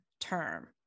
term